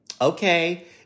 okay